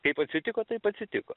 kaip atsitiko taip atsitiko